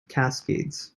cascades